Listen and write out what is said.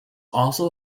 also